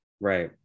Right